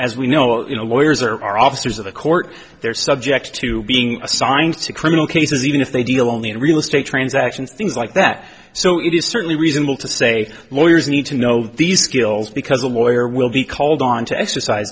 as we know in a lawyers or are officers of the court they're subjects to being assigned to criminal cases even if they deal only in real estate transactions things like that so it is certainly reasonable to say lawyers need to know these skills because a lawyer will be called on to exercise